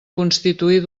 constituir